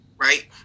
Right